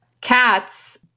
Cats